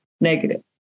negative